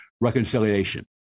reconciliation